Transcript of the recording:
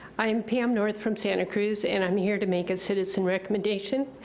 i'm pam north from santa cruz, and i'm here to make a citizen recommendation.